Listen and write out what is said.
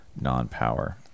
non-power